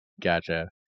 Gotcha